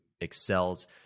excels